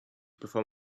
perform